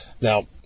Now